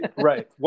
Right